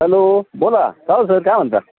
hello बोला काय ओ सर काय म्हणता